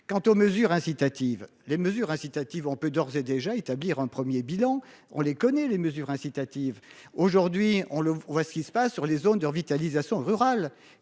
Quant aux mesures incitatives. Les mesures incitatives, on peut d'ores et déjà établir un 1er bilan on les connaît les mesures incitatives aujourd'hui on le voit ce qui se passe sur les zones de revitalisation rurale